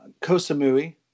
Kosamui